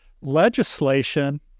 legislation